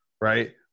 right